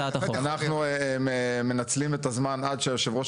אנחנו מנצלים את הזמן עד שיושב הראש